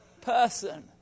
person